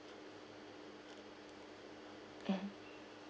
mmhmm